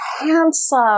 handsome